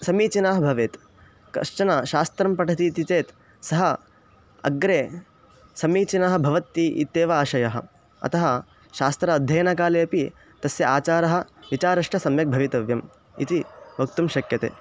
समीचीनः भवेत् कश्चन शास्त्रं पठति इति चेत् सः अग्रे समीचीनः भवति इत्येव आशयः अतः शास्त्र अध्ययनकाले अपि तस्य आचारः विचारश्च सम्यक् भवितव्यम् इति वक्तुं शक्यते